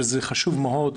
שזה חשוב מאוד,